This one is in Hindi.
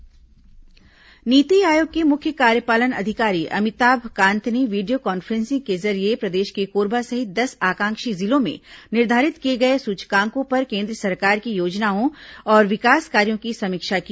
आकांक्षी जिला समीक्षा नीति आयोग के मुख्य कार्यपालन अधिकारी अमिताभ कांत ने वीडियो कॉन्फ्रेंसिंग के जरिये प्रदेश के कोरबा सहित दस आकांक्षी जिलों में निर्धारित किए गए सूचकांकों पर केन्द्र सरकार की योजनाओं और विकास कार्यों की समीक्षा की